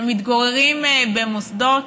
שמתגוררים במוסדות,